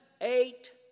eight